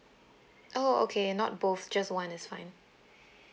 oh okay not both just one is fine